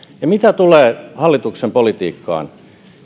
mitä tulee hallituksen politiikkaan